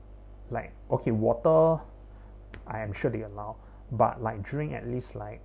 like okay water I am sure they allow but like drink at least like